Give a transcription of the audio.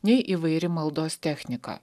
nei įvairi maldos technika